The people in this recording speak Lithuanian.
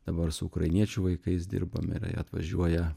dabar su ukrainiečių vaikais dirbam ir jie atvažiuoja